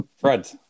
Fred